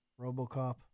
Robocop